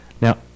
Now